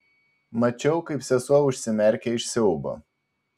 mačiau kaip sesuo užsimerkia iš siaubo